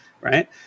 right